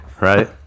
right